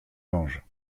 mange